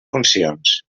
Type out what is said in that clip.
funcions